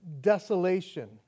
desolation